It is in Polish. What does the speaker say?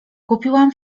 kupiłam